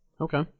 Okay